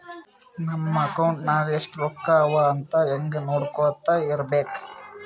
ನಮ್ ಅಕೌಂಟ್ ನಾಗ್ ಎಸ್ಟ್ ರೊಕ್ಕಾ ಅವಾ ಅಂತ್ ಹಂಗೆ ನೊಡ್ಕೊತಾ ಇರ್ಬೇಕ